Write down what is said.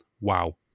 wow